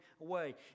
away